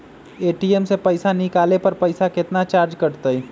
ATM से पईसा निकाले पर पईसा केतना चार्ज कटतई?